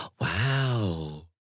Wow